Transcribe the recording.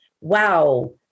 wow